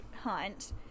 Hunt